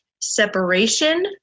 separation